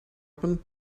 open